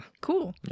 Cool